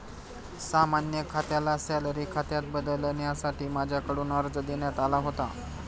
सामान्य खात्याला सॅलरी खात्यात बदलण्यासाठी माझ्याकडून अर्ज देण्यात आला होता